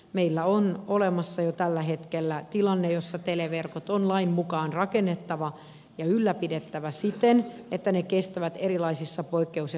meillä on olemassa jo tällä hetkellä tilanne jossa televerkot on lain mukaan rakennettava ja ylläpidettävä siten että ne kestävät erilaisissa poikkeus ja vikatilanteissa